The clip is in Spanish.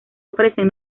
ofrecen